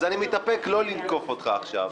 אני מתאפק לא לתקוף אותך עכשיו.